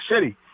City